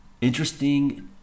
interesting